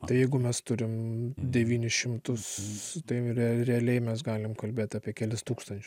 tai jeigu mes turim devynis šimtus tai re realiai mes galim kalbėt apie kelis tūkstančius